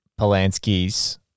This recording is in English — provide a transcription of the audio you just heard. Polanski's